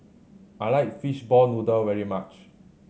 I like fishball noodle very much